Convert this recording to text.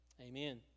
Amen